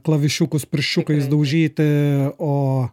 klavišiukus pirščiukais daužyti o